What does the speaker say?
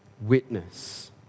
witness